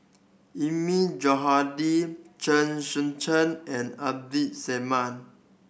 Eilmi Johandi Chen Sucheng and Abdul Samad